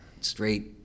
straight